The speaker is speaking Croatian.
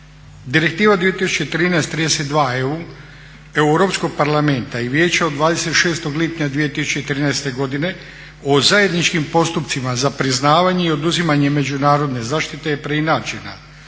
Direktiva 2013/32EU Europskog parlamenta i Vijeća od 26. lipnja 2013. godine o zajedničkim postupcima za priznavanje i oduzimanje međunarodne zaštite je preinačena.